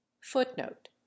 footnote